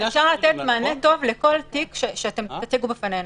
אפשר לתת מענה טוב לכול תיק שאתם תציגו בפנינו.